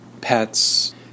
pets